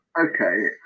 Okay